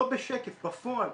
לא בשקף, בפועל.